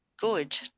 good